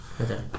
Okay